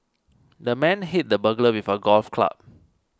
the man hit the burglar with a golf club